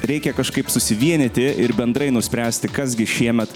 reikia kažkaip susivienyti ir bendrai nuspręsti kas gi šiemet